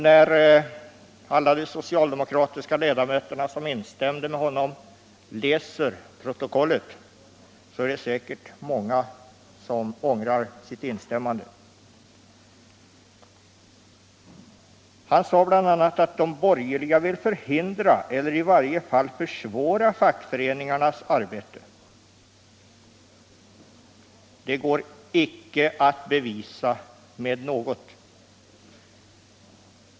När alla de socialdemokratiska ledamöter som instämde = Frioch rättigheter i med honom läser protokollet är det säkert många som ångrar sitt in — grundlag stämmande. Han sade bl.a. att de borgerliga vill förhindra eller i varje fall försvåra fackföreningarnas arbete. Det går inte att bevisa med något!